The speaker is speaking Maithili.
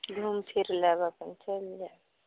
घुमिफिरि लेब अपन चलि जाएब